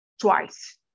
twice